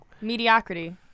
Mediocrity